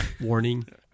Warning